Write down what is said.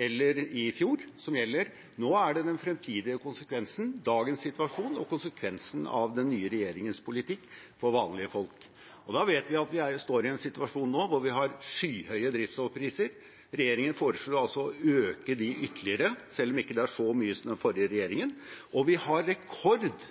eller i fjor, som gjelder, nå er det dagens situasjon og de fremtidige konsekvensene av den nye regjeringens politikk for vanlige folk. Da vet vi at vi står i en situasjon nå hvor vi har skyhøye drivstoffpriser – og regjeringen foreslår altså å øke dem ytterligere, selv om det ikke er med like mye som den forrige regjeringen – og vi har rekord